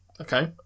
Okay